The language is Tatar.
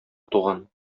туган